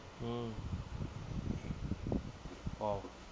mm oh